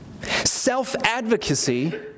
Self-advocacy